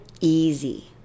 easy